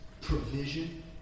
provision